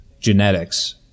genetics